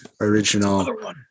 original